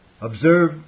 Observe